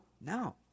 No